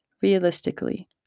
realistically